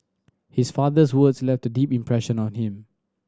his father's words left a deep impression on him